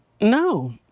No